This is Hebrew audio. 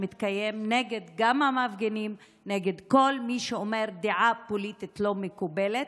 שמתקיים גם נגד המפגינים ונגד כל מי שאומר דעה פוליטית לא מקובלת.